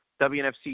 WNFC